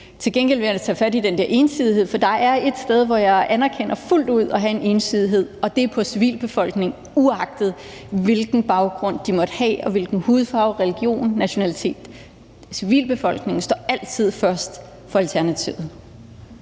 Til gengæld vil jeg da tage fat i den der ensidighed, for der er et sted, hvor jeg anerkender fuldt ud at have en ensidighed, og det er i forhold til civilbefolkningen, uagtet hvilken baggrund de måtte have, altså uagtet hvilken hudfarve, religion, nationalitet de måtte have. Civilbefolkningen står altid først for Alternativet.